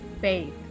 faith